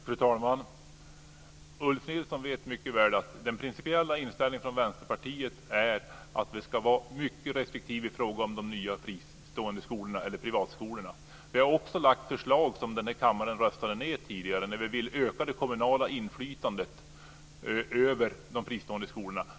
Fru talman! Ulf Nilsson vet mycket väl att den principiella inställningen från Vänsterpartiet är att vi ska vara mycket restriktiva i fråga om de nya fristående skolorna, privatskolorna. Vi har också lagt fram förslag som den här kammaren tidigare röstade ned. Vi ville öka det kommunala inflytandet över de fristående skolorna.